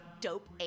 dope